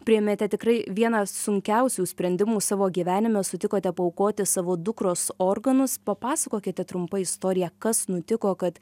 priėmėte tikrai vieną sunkiausių sprendimų savo gyvenime sutikote paaukoti savo dukros organus papasakokite trumpai istoriją kas nutiko kad